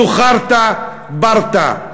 זה חארטה ברטה.